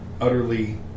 utterly